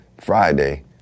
Friday